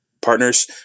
partners